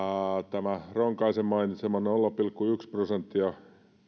tämä ronkaisen mainitsema nolla pilkku yksi prosenttia